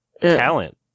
talent